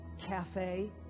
cafe